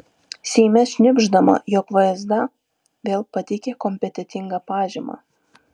seime šnibždama jog vsd vėl pateikė kompetentingą pažymą